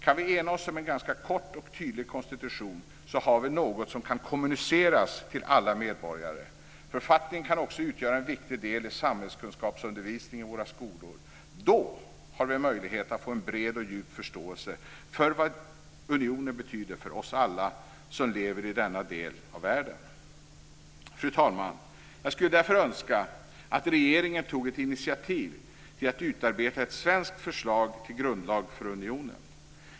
Om vi kan ena oss om en ganska kort och tydlig konstitution har vi något som kan kommuniceras till alla medborgare. Författningen kan också utgöra en viktig del i samhällskunskapsundervisningen i våra skolor. Då har vi en möjlighet att få en bred och djup förståelse för vad unionen betyder för oss alla som lever i denna del av världen. Fru talman! Jag skulle därför önska att regeringen tog ett initiativ till att utarbeta ett svenskt förslag till grundlag för unionen.